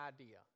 idea